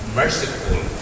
merciful